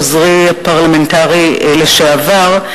עוזרי הפרלמנטרי לשעבר.